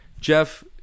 Jeff